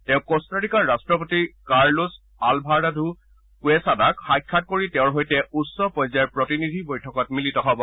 তেওঁ ক্টাৰিকাৰ ৰাট্টপতি কাৰলোছ আলভাৰাডো কুৱেছাডাক সাক্ষাৎ কৰি তেওঁৰ সৈতে উচ্চ পৰ্যায়ৰ প্ৰতিনিধি বৈঠকত মিলিত হ'ব